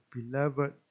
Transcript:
Beloved